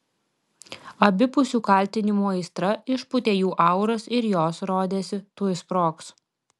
abipusių kaltinimų aistra išpūtė jų auras ir jos rodėsi tuoj sprogs